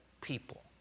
people